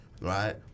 right